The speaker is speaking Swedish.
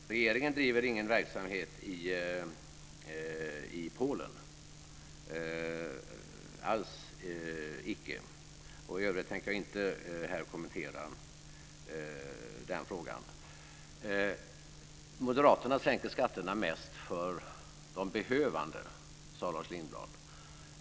Fru talman! Regeringen bedriver ingen verksamhet i Polen - alls icke! I övrigt tänker jag inte här kommentera den frågan. Moderaterna sänker skatterna mest för de behövande, sade Lars Lindblad.